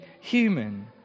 human